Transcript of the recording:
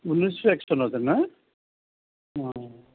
ঊনৈছশ এক চনতে ন অঁ অঁ